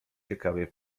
ciekawie